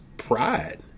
Pride